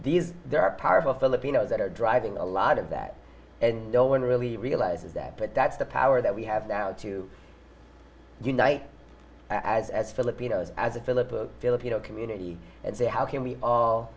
these there are powerful filipinos that are driving a lot of that and no one really realizes that but that's the power that we have now too unite as filipinos as a philip a filipino community and say how can we all